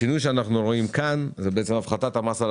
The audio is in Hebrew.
השינוי שאנחנו רואים כאן זה הפחתת המס על